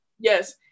yes